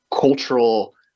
cultural